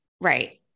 Right